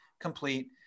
complete